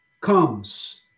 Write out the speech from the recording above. comes